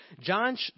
John